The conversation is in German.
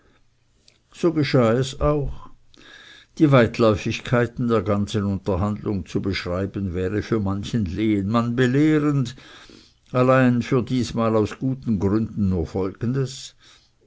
so geschah es auch die weitläufigkeiten der ganzen unterhandlung zu beschreiben wäre für manchen lehenmann belehrend allein für diesmal aus guten gründen nur folgendes